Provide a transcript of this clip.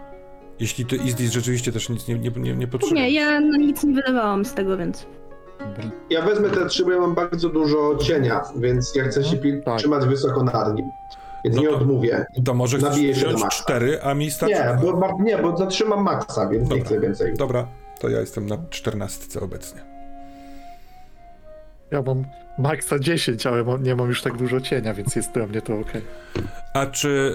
Jeśli to Izdis rzeczywiście też nic nie- nie- nie- nie Nie, potrzebuje. ja na nic nie wydawałam z tego, więc. Ja wezmę te trzy, bo ja mam bardzo dużo cienia, więc ja chcę się Mhm. pi- Tak. trzymać wysoko nad nim, więc No to- nie odmówię. to może Nabiję chcesz się do wziąć maxa. cztery, a mi starczy Nie, dwa. bo ma- nie, bo zatrzymam maxa, więc Dobra. nie chcę więcej. Dobra, to ja jestem na 14 obecnie. Ja mam maxa 10, ale mam- nie mam już tak dużo cienia, więc jest to dla mnie to okej. A czy-